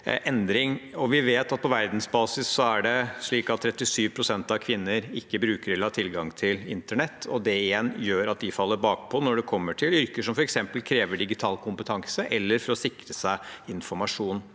Vi vet at på verdensbasis er det slik at 37 pst. av kvinner ikke bruker eller har tilgang til internett, og det igjen gjør at de faller bakpå når det gjelder yrker som f.eks. krever digital kompetanse, eller å sikre seg informasjon.